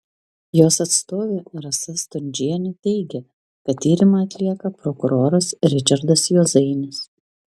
jos atstovė rasa stundžienė teigė kad tyrimą atlieka prokuroras ričardas juozainis